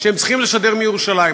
שהם צריכים לשדר מירושלים.